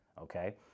okay